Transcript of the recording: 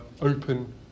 open